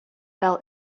fell